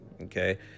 Okay